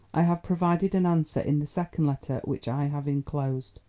i have provided an answer in the second letter which i have inclosed.